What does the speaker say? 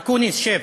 אקוניס, שב,